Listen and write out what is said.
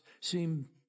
seem